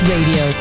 Radio